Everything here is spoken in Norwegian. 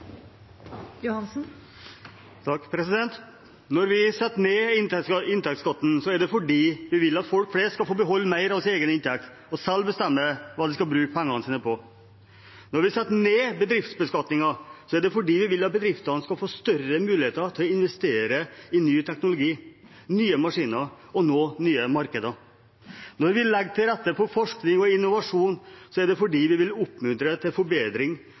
Takk. Når vi setter ned inntektsskatten, er det fordi vi vil at folk flest skal få beholde mer av sin egen inntekt og selv bestemme hva de skal bruke pengene sine på. Når vi setter ned bedriftsbeskatningen, er det fordi vi vil at bedriftene skal få større muligheter til å investere i ny teknologi og nye maskiner og nå nye markeder. Når vi legger til rette for forskning og innovasjon, er det fordi vi vil oppmuntre til forbedring